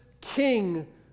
king